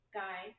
guy